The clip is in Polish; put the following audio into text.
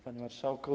Panie Marszałku!